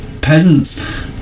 Peasants